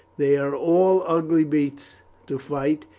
they are all ugly beasts to fight,